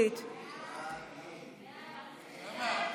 חוק ההוצאה לפועל (נגיף הקורונה החדש, תיקון מס'